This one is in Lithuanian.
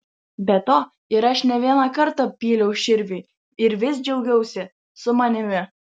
be to ir aš ne vieną kartą pyliau širviui ir vis džiaugiausi su manimi